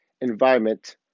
environment